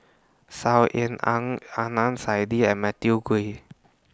Saw Ean Ang Adnan Saidi and Matthew Ngui